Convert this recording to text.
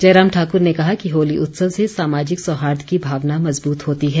जयराम ठाकुर ने कहा कि होली उत्सव से सामाजिक सौहार्द की भावना मजबूत होती है